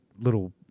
little